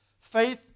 Faith